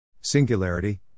Singularity